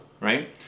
right